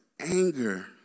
anger